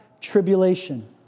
tribulation